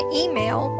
email